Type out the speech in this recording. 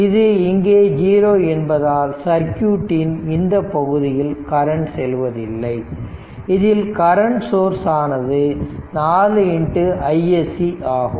இது இங்கே 0 என்பதால் சர்க்யூட்டின் இந்தப் பகுதியில் கரண்ட் செல்வதில்லை இதில் கரெண்ட் சோர்ஸ் ஆனது 4iSC ஆகும்